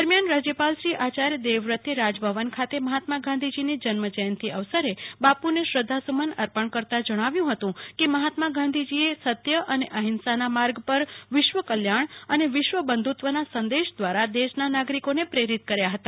દરમ્યાન રાજ્યપાલશ્રી આયાર્ય દેવવ્રતે રાજભવન ખાતે મહાત્મા ગાંધીજીની જન્મ જયંતી અવસરે બાપુ ને શ્રદ્વાસુ મન અર્પણ કરતાં જણાવ્યુ હતુ કેમહાત્મા ગાંધીજીએ સત્ય અને અહિંસાના માર્ગ પર વિશ્વકલ્યાણ અને વિશ્વ બંધુત્વના સંદેશ દ્વારા દેશના નાગરિકોને પ્રેરિત કર્યા હતા